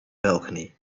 balcony